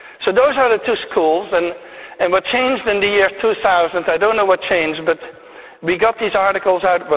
so those are the two schools. and and what changed in the year two thousand, i don't know what changed, but we got these articles out.